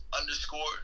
underscore